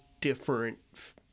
different